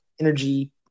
energy